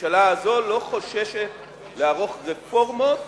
הממשלה הזו לא חוששת לערוך רפורמות